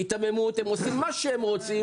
היתממות הם עושים מה שהם רוצים,